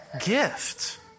gift